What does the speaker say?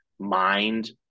mind